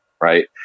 right